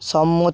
সম্মতি